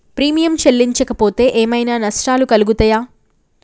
Premium చెల్లించకపోతే ఏమైనా నష్టాలు కలుగుతయా?